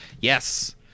Yes